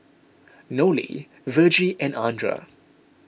Nolie Vergie and andra